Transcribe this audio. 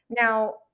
Now